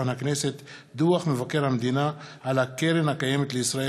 דוח מבקר המדינה על קרן קיימת לישראל